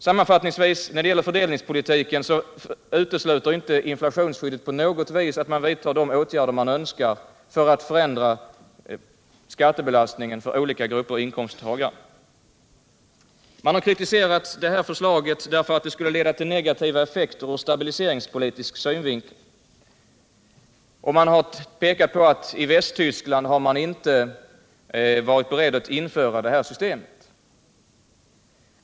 Sammanfattningsvis vill jag när det gäller fördelningspolitiken säga att inflationsskyddet inte på något sätt utesluter att man vidtar de åtgärder man önskar för att förändra skattebelastningen för olika grupper av inkomsttagare. Man har kritiserat förslaget för att det skulle leda till negativa effekter ur stabiliseringspolitisk synvinkel och man har pekat på att Västtyskland inte varit berett att införa detta system.